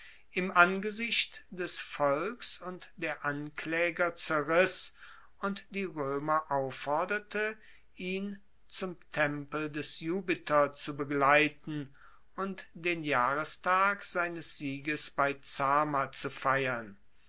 im angesicht des volks und der anklaeger zerriss und die roemer aufforderte ihn zum tempel des jupiter zu begleiten und den jahrestag seines sieges bei zama zu feiern